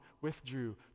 withdrew